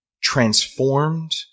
transformed